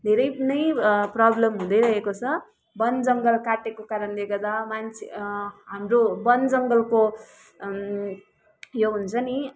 धेरै नै प्रबलम हुँदै आइरहेको छ बन जङ्गल काटेको कारणले गर्दा मान्छे हाम्रो बन जङ्गलको यो हुन्छ नि